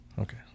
Okay